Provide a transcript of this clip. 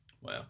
Wow